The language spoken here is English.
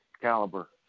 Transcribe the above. caliber